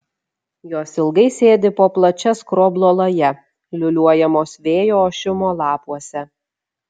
jos ilgai sėdi po plačia skroblo laja liūliuojamos vėjo ošimo lapuose